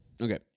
Okay